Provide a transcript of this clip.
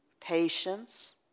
patience